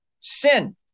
sin